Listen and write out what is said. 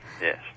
Yes